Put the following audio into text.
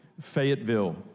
Fayetteville